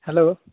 hello